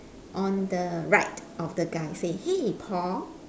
on the right of the guy say hey Paul